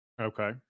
okay